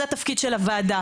זה התפקיד של הוועדה.